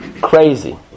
Crazy